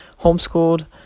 homeschooled